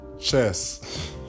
Chess